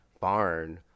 barn